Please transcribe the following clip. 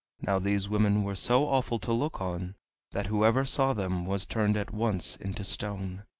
now these women were so awful to look on that whoever saw them was turned at once into stone.